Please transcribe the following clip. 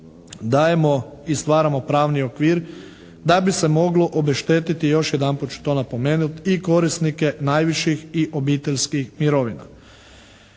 dajemo i stvaramo pravni okvir da bi se moglo obešteti još jedan puta ću to napomenuti i korisnike najviših i obiteljskih mirovina.